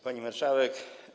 Pani Marszałek!